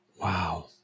Wow